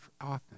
often